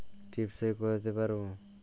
টিপ সই করতে পারবো?